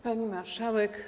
Pani Marszałek!